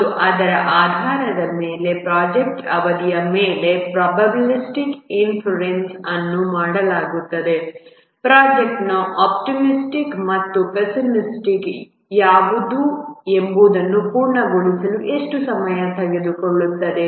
ಮತ್ತು ಅದರ ಆಧಾರದ ಮೇಲೆ ಪ್ರಾಜೆಕ್ಟ್ ಅವಧಿಯ ಮೇಲೆ ಪ್ರಾಬಬಿಲಿಟಿ ಇನ್ಫರೆನ್ಸಿನ್ಗ್ ಅನ್ನು ಮಾಡಲಾಗುತ್ತದೆ ಪ್ರೊಜೆಕ್ಟ್ನ ಆಪ್ಟಿಮಿಸ್ಟಿಕ್ ಮತ್ತು ಪಿಎಸ್ಸಿಮಿಸ್ಟಿಕ್ ಟೈಮ್ ಯಾವುದು ಎಂಬುದನ್ನು ಪೂರ್ಣಗೊಳಿಸಲು ಎಷ್ಟು ಸಮಯ ತೆಗೆದುಕೊಳ್ಳುತ್ತದೆ